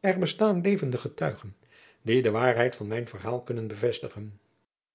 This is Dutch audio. er bestaan levende getuigen die de waarheid van mijn verhaal kunnen bevestigen